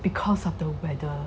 because of the weather